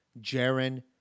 Jaron